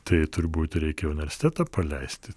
tai turbūt reikia universitetą paleisti